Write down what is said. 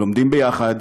לומדים ביחד,